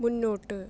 മുന്നോട്ട്